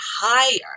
higher